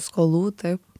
skolų taip